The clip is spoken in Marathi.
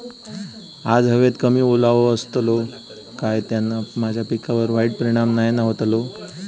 आज हवेत कमी ओलावो असतलो काय त्याना माझ्या पिकावर वाईट परिणाम नाय ना व्हतलो?